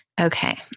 Okay